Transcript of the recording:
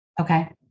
Okay